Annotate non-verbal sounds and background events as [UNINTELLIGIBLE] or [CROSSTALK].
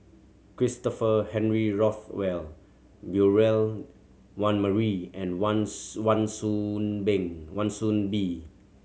Christopher Henry Rothwell Beurel Wan Marie and Wan [UNINTELLIGIBLE] Wan Soon Been Wan Soon Bee